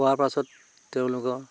খোৱাৰ পাছত তেওঁলোকৰ